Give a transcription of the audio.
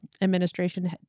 administration